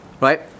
right